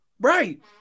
right